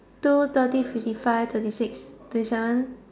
two thirty fifty five thirty six thirty seven